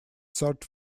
third